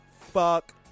fuck